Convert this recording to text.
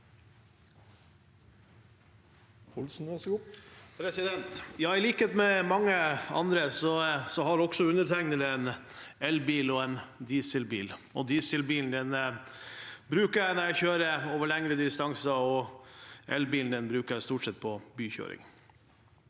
I likhet med mange andre har også undertegnede en elbil og en dieselbil. Dieselbilen bruker jeg når jeg kjører over lengre distanser, og elbilen bruker jeg stort sett til bykjøring.